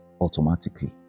automatically